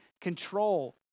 control